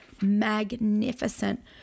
magnificent